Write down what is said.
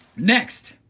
next,